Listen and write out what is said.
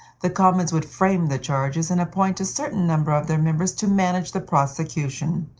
the commons would frame the charges, and appoint a certain number of their members to manage the prosecution.